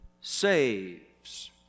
saves